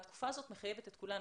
התקופה הזאת מחייבת את כולנו.